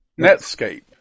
Netscape